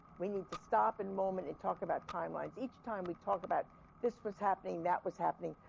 we need to stop and moment and talk about timelines. each time we talk about this was happening, that was happening.